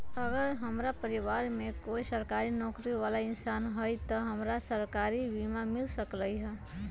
अगर हमरा परिवार में कोई सरकारी नौकरी बाला इंसान हई त हमरा सरकारी बीमा मिल सकलई ह?